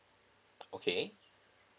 okay